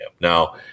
Now